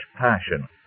passion